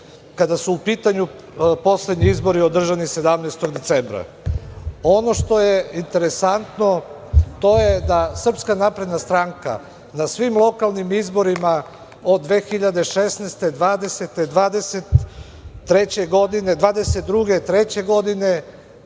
kada su u pitanju poslednji izbori održani 17. decembra. Ono što je interesantno, to je da SNS na svim lokalnim izborima od 2016, 2020, 2022, 2023. godine